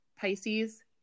Pisces